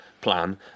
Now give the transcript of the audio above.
plan